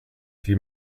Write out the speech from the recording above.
die